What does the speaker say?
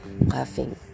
laughing